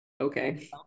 okay